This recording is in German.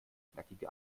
knackige